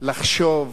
לחשוב